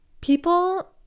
people